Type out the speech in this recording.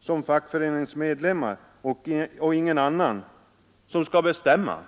som fackföreningsmedlemmar och ingen annan som skall bestämma.